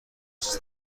پست